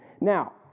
Now